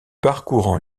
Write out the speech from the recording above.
parcourant